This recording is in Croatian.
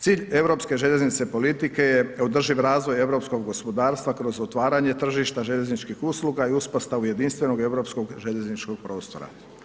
Cilj europske željeznice politike je održiv razvoj europskog gospodarstva kroz otvaranje tržišta željezničkih usluga i uspostavu jedinstvenog europskog željezničkog prostora.